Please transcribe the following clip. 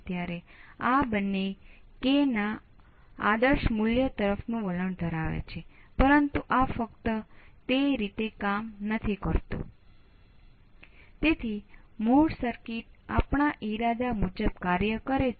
તો તેનો અર્થ એ છે કે નોન ઈન્વર્ટિંગ ઇનપુટ છે